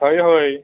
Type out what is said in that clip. হয় হয়